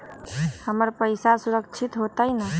हमर पईसा सुरक्षित होतई न?